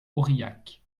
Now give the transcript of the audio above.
aurillac